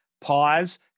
pause